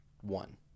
one